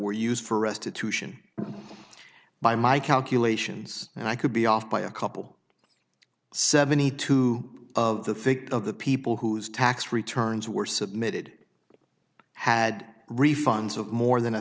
were used for restitution by my calculations and i could be off by a couple seventy two of the think of the people whose tax returns were submitted had refunds of more than